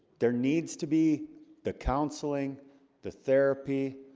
there needs to be the counseling the therapy